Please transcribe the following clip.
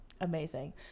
amazing